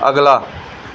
ਅਗਲਾ